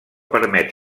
permet